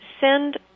send